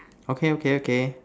okay okay okay